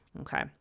Okay